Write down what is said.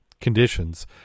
conditions